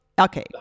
Okay